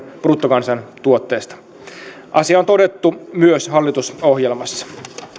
bruttokansantuotteesta asia on todettu myös hallitusohjelmassa